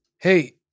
Hey